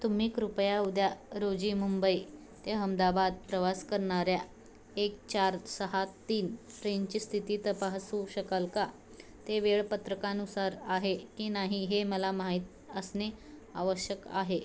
तुम्ही कृपया उद्या रोजी मुंबई ते अहमदाबाद प्रवास करणाऱ्या एक चार सहा तीन ट्रेनची स्थिती तपासू शकाल का ते वेळापत्रकानुसार आहे की नाही हे मला माहीत असणे आवश्यक आहे